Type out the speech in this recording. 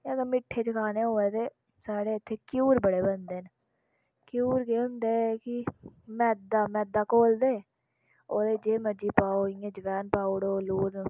ते अगर मिट्ठे' च खाना होऐ ते साढ़ा इत्थै घ्यूर बड़े बनदे न घ्यूर केह् होंदे कि मैदा मैदा घोलदे ओह्दे च जे मर्जी पाओ इ'यां जवैन पाउड़ो लून